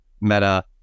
Meta